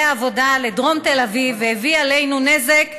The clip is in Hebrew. עבודה לדרום תל אביב והביא עלינו נזק,